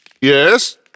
Yes